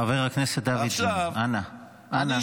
חבר הכנסת דוידסון, אנא, אנא.